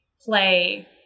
play